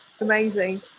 amazing